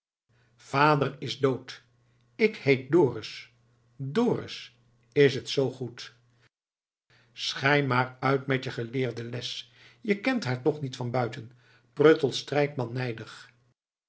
vader is dood ik heet dorus dorus is t zoo goed schei maar uit met je geleerde les je kent haar toch niet van buiten pruttelt strijkman nijdig